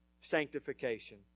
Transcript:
sanctification